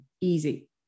Easy